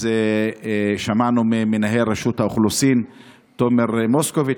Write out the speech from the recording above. אז שמענו ממנהל רשות האוכלוסין תומר מוסקוביץ',